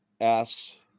asks